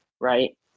right